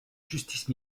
justice